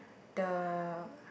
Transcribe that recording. the